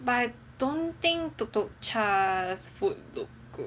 but I don't think Tuk Tuk Cha's food look good